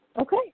Okay